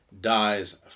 Dies